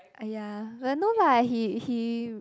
!aiya! the no lah he he